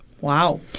Wow